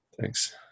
Thanks